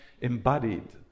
embodied